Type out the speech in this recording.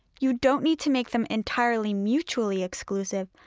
you don't need to make them entirely mutually exclusive,